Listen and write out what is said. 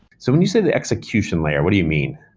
so when you say the execution layer, what do you mean?